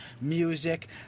music